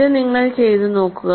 ഇത് നിങ്ങൾ ചെയ്തു നോക്കുക